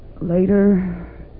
later